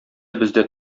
бездә